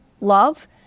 love